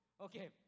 Okay